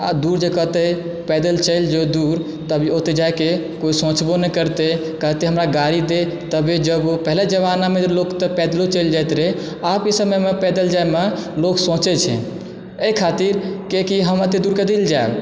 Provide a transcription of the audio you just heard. आब दूर जे कहतय पैदल चलि जो दूर तऽ ओतेक जाइके केओ सोचबो नहि करतय कहतय हमरा गाड़ी दे तबे जेबो पहिले जमानामे तऽ लोक पैदलो चलि जाइत रहय आबके समयमे पैदल जायमे लोक सोचय छै एहि खातिर किआकि हम एतय दूर कथी लऽ जायब